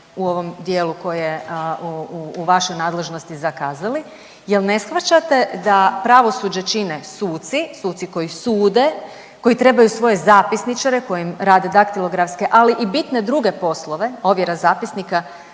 u ovom dijelu koji je u vašoj nadležnosti zakazali jel ne shvaćate da pravosuđe čine suci, suci koji sude, koji trebaju svoje zapisničare koji im rade daktilografske, ali i bitne druge poslove, ovjera zapisnika